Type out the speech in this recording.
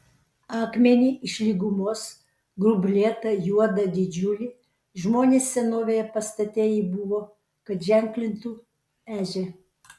akmenį iš lygumos grublėtą juodą didžiulį žmonės senovėje pastate jį buvo kad ženklintų ežią